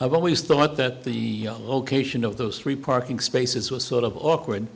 i've always thought that the location of those three parking spaces was sort of awkward